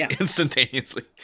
instantaneously